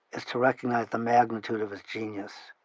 is to recognize the magnitude of his genius.